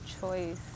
choice